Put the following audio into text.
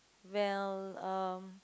well uh